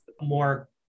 more